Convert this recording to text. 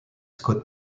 scott